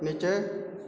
नीचे